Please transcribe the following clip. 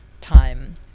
time